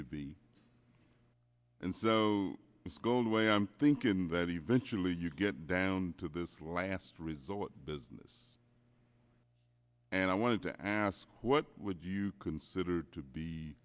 to be and so it's go away i'm thinking that eventually you get down to this last resort business and i want to ask what would you consider to be